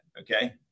okay